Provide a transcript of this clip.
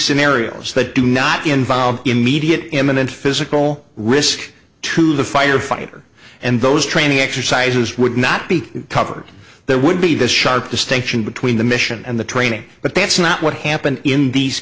scenarios that do not involve immediate imminent physical risk to the firefighter and those training exercises would not be covered there would be this sharp distinction between the mission and the training but that's not what happened in these